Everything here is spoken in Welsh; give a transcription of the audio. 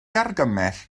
argymell